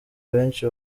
benshi